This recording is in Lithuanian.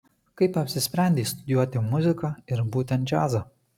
kaip apsisprendei studijuoti muziką ir būtent džiazą